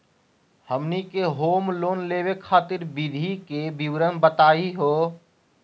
हमनी के home loan लेवे खातीर विधि के विवरण बताही हो?